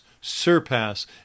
surpass